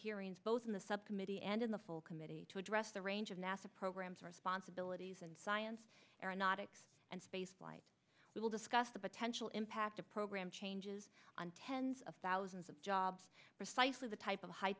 hearings both in the subcommittee and in the full committee to address the range of nasa programs responsibilities and science or not it and spaceflight we will discuss the potential impact of program changes on tens of thousands of jobs precisely the type of high